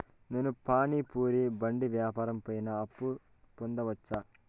నేను పానీ పూరి బండి వ్యాపారం పైన అప్పు పొందవచ్చా?